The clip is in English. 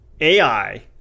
ai